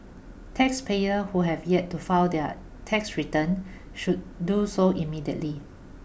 taxpayers who have yet to file their tax return should do so immediately